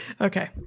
okay